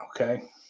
okay